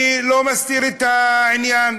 אני לא מסתיר את העניין,